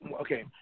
okay